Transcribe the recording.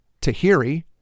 Tahiri